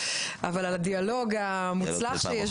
אבל על הדיאלוג המוצלח שיש.